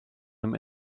him